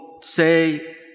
say